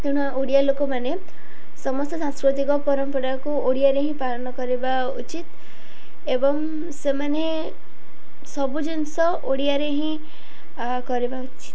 ତେଣୁ ଓଡ଼ିଆ ଲୋକମାନେ ସମସ୍ତେ ସାଂସ୍କୃତିକ ପରମ୍ପରାକୁ ଓଡ଼ିଆରେ ହିଁ ପାଳନ କରିବା ଉଚିତ୍ ଏବଂ ସେମାନେ ସବୁ ଜିନିଷ ଓଡ଼ିଆରେ ହିଁ କରିବା ଉଚିତ୍